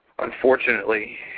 Unfortunately